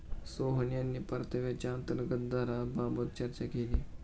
सोहन यांनी परताव्याच्या अंतर्गत दराबाबत चर्चा केली